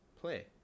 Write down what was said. Play